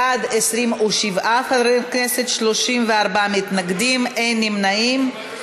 בעד, 27 חברי כנסת, 34 מתנגדים, אין נמנעים.